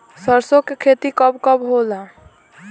सरसों के खेती कब कब होला?